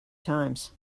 times